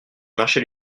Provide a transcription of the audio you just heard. marché